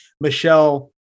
Michelle